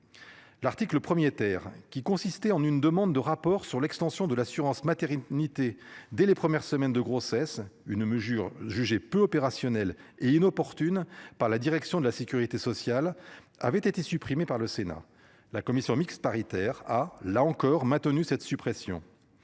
L'article 1er Terre qui consistait en une demande de rapport sur l'extension de l'assurance-maternité dès les premières semaines de grossesse. Une mesure jugée peu opérationnel et inopportune par la direction de la sécurité sociale avait été supprimé par le Sénat, la commission mixte paritaire. Ah là encore maintenu cette suppression.